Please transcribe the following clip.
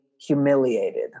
humiliated